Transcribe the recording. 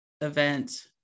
event